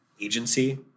agency